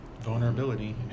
Vulnerability